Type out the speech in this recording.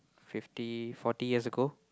fifty forty years ago